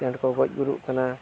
ᱪᱟᱲ ᱠᱚ ᱜᱚᱡ ᱜᱩᱨᱩᱜ ᱠᱟᱱᱟ